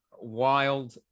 wild